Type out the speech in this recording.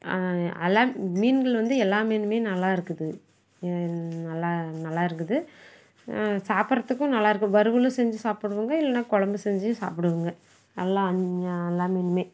எல்லா மீன்கள் வந்து எல்லா மீனுமே நல்லா இருக்குது நல்லா நல்லா இருக்குது சாப்பிட்றத்துக்கும் நல்லா இருக்குது வறுவலும் செஞ்சு சாப்பிடுவோங்க இல்லைனா கொழம்பு செஞ்சு சாப்பிடுவோங்க எல்லா அன்ய எல்லா மீனுமே